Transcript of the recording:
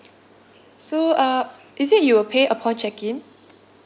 so uh is it you will pay upon check in